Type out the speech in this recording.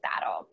battle